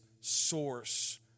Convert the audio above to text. source